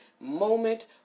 moment